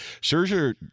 Scherzer